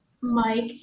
mike